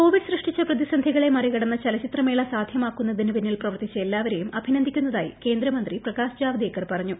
Covid സൃഷ്ടിച്ച പ്രതിസന്ധികളെ മറികടന്ന് ചലച്ചിത്രമേള സാധ്യമാക്കുന്നതിന് പിന്നിൽ പ്രവർത്തിച്ച എല്ലാവരേയും അഭിനന്ദിക്കുന്നതായി കേന്ദ്രമന്ത്രി പ്രകാശ് ജാവ്ദേക്കർ ് പറഞ്ഞു